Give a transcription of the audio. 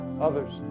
Others